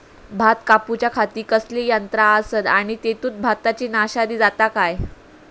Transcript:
भात कापूच्या खाती कसले यांत्रा आसत आणि तेतुत भाताची नाशादी जाता काय?